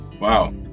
Wow